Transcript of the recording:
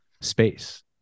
space